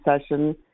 session